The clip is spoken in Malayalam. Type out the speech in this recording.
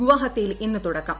ഗുവാഹത്തിയിൽ ഇന്ന് തുടക്കം